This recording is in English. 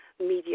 media